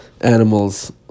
animals